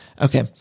Okay